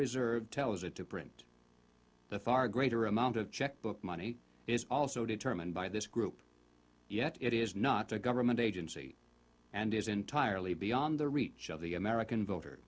reserve tells it to print the far greater amount of checkbook money is also determined by this group yet it is not a government agency and is entirely beyond the reach of the american voter